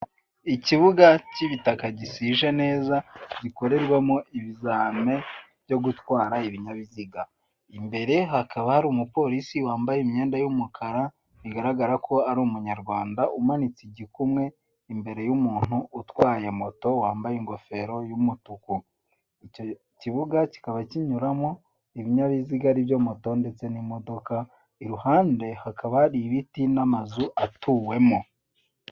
Ikibuga cy'ibitaka gisije neza gikorerwamo ibizame byo gutwara ibinyabiziga, imbere hakaba hari umupolisi wambaye imyenda y'umukara bigaragara ko ari umunyarwanda umanitse igikumwe imbere y'umuntu utwaye moto wambaye ingofero y'umutuku, icyo kibuga cyikaba kinyuramo ibinyabiziga ari byo moto ndetse n'imodoka, iruhande hakaba hari ibiti n'amazu atuwemo.